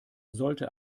sollte